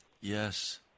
Yes